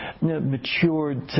matured